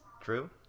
true